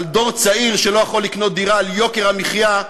על דור צעיר שלא יכול לקנות דירה, על יוקר המחיה,